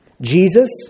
Jesus